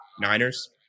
Niners